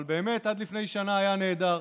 אבל באמת עד לפני שנה היה נהדר.